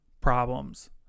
problems